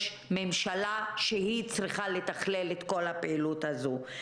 יש ממשלה שצריכה לתכלל את כל הפעילות הזו.